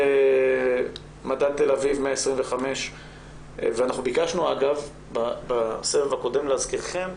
אנחנו ביקשנו בסבב הקודם, להזכירכם,